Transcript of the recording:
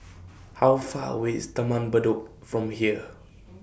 How Far away IS Taman Bedok from here